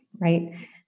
right